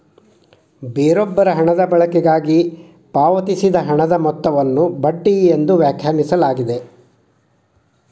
ಬೇರೊಬ್ಬರ ಹಣದ ಬಳಕೆಗಾಗಿ ಪಾವತಿಸಿದ ಹಣದ ಮೊತ್ತವನ್ನು ಬಡ್ಡಿ ಎಂದು ವ್ಯಾಖ್ಯಾನಿಸಲಾಗಿದೆ